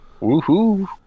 woohoo